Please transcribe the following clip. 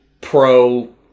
pro